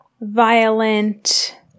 violent